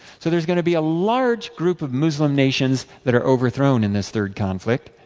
so there is going to be a large group of muslim nations that are overthrown in this third conflict.